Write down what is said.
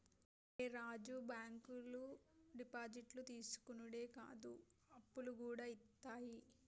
ఒరే రాజూ, బాంకులు డిపాజిట్లు తీసుకునుడే కాదు, అప్పులుగూడ ఇత్తయి